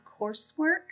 coursework